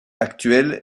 actuel